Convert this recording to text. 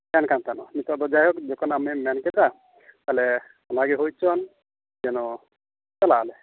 ᱛᱟᱦᱮᱱ ᱠᱟᱱ ᱛᱟᱦᱮᱱᱚᱜ ᱱᱤᱛᱚᱜ ᱫᱚ ᱡᱟᱭᱦᱳᱠ ᱡᱚᱠᱷᱚᱱ ᱟᱢᱮᱢ ᱢᱮᱱ ᱠᱮᱫᱟ ᱛᱟᱦᱚᱞᱮ ᱚᱱᱟᱜᱮ ᱦᱳᱭ ᱦᱚᱪᱚᱣᱟᱱ ᱡᱮᱱᱚ ᱪᱟᱞᱟᱜ ᱟᱞᱮ